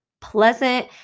pleasant